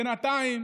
בינתיים